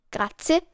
Grazie